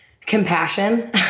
compassion